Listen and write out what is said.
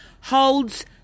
holds